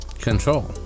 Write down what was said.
control